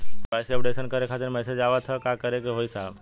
KYC updation करें खातिर message आवत ह का करे के होई साहब?